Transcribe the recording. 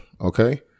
Okay